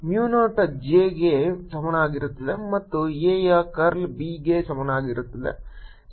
mu naught j ಗೆ ಸಮಾನವಾಗಿರುತ್ತದೆ ಮತ್ತು A ಯ ಕರ್ಲ್ B ಗೆ ಸಮಾನವಾಗಿರುತ್ತದೆ